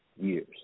years